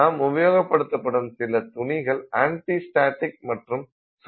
நாம் உபயோகப்படுத்தும் சில துணிகள் ஆன்ட்டி ஸ்டாடிக் மற்றும் சுருக்க எதிர்ப்பு தன்மையை கொண்டுள்ளது